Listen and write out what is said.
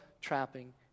trapping